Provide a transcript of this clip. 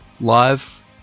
live